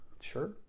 Sure